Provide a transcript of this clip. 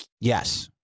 Yes